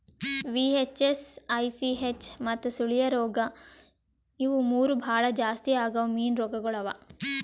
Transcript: VHS, ICH ಮತ್ತ ಸುಳಿಯ ರೋಗ ಇವು ಮೂರು ಭಾಳ ಜಾಸ್ತಿ ಆಗವ್ ಮೀನು ರೋಗಗೊಳ್ ಅವಾ